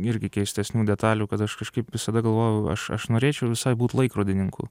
irgi keistesnių detalių kad aš kažkaip visada galvojau aš aš norėčiau visai būt laikrodininku